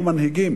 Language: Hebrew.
היו מנהיגים